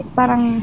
parang